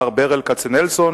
מר ברל כצנלסון.